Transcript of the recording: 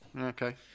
Okay